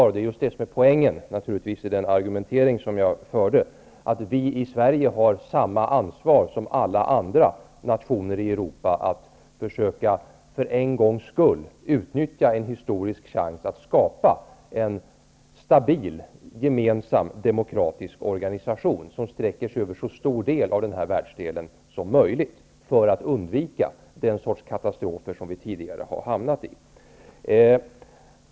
Det är naturligtvis det som är poängen i det resonemang jag förde, att vi i Sverige har samma ansvar som alla andra nationer i Europa att för en gångs skull försöka utnyttja en historisk chans att skapa en stabil gemensam demokratisk organisation, som sträcker sig över så stor del av den här världsdelen som möjligt, för att undvika det slag av katastrofer som vi tidigare hamnat i.